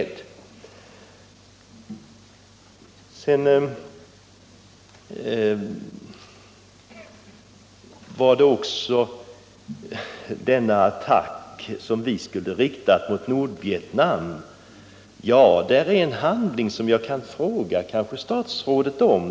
Det talades också om att vi skulle rikta en attack mot Nordvietnam. I utskottsbetänkandet föreligger en handling som jag kan fråga statsrådet om.